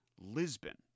lisbon